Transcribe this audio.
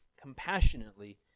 compassionately